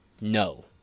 no